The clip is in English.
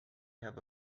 have